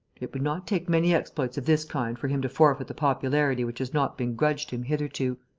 it would not take many exploits of this kind for him to forfeit the popularity which has not been grudged him hitherto.